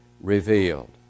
revealed